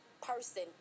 person